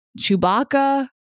Chewbacca